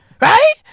Right